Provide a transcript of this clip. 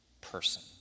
person